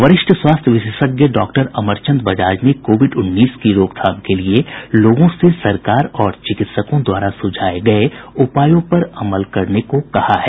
वरिष्ठ स्वास्थ्य विशेषज्ञ डॉक्टर अमरचंद बजाज ने कोविड उन्नीस की रोकथाम के लिए लोगों से सरकार और चिकित्सकों द्वारा सुझाए गये उपायों पर अमल करने को कहा है